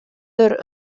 der